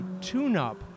tune-up